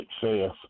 success